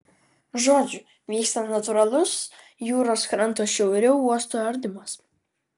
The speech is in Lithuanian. žodžiu vyksta natūralus jūros kranto šiauriau uosto ardymas